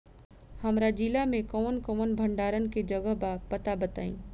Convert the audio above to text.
हमरा जिला मे कवन कवन भंडारन के जगहबा पता बताईं?